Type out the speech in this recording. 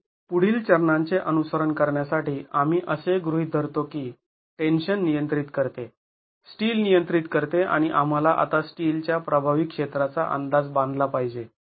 तर पुढील चरणांचे अनुसरण करण्यासाठी आम्ही असे गृहीत धरतो की टेन्शन नियंत्रित करते स्टील नियंत्रित करते आणि आम्हाला आता स्टीलच्या प्रभावी क्षेत्राचा अंदाज बांधला पाहिजे